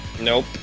Nope